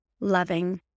loving